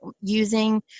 using